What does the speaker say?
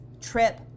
trip